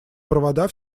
провода